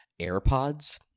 AirPods